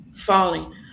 Falling